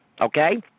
okay